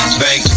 bank